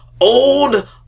old